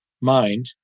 mind